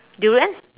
durian